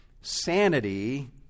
sanity